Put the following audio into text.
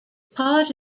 part